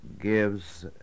gives